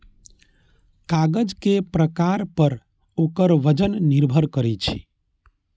कागज के प्रकार पर ओकर वजन निर्भर करै छै